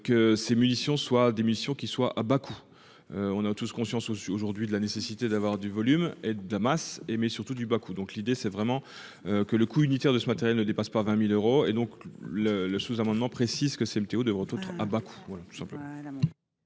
Que ces munitions soit démission qui soit à bas coût. On a tous conscience aussi aujourd'hui de la nécessité d'avoir du volume et Damas et mais surtout du bas coût. Donc l'idée c'est vraiment que le coût unitaire de ce matériel ne dépasse pas 20.000 euros et donc le le sous-amendement précise que CMT devant. À Bakou